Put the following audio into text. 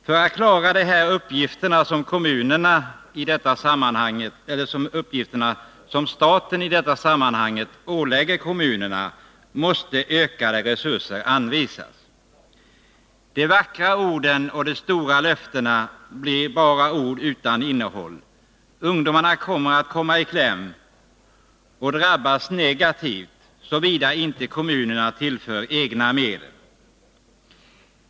För att klara de uppgifter som staten i detta sammanhang ålägger kommunerna måste ökade resurser anvisas, annars blir de vackra orden och de stora löftena bara ord utan innehåll. Ungdomarna kommer i kläm och drabbas negativt såvida inte kommunerna tillför verksamheten egna medel.